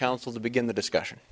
council to begin the discussion